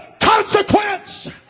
consequence